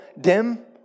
dim